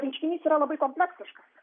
reiškinys yra labai kompleksiškas